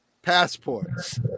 Passports